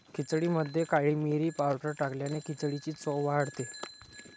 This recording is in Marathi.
खिचडीमध्ये काळी मिरी पावडर टाकल्याने खिचडीची चव वाढते